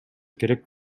керек